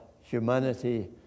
humanity